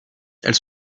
elles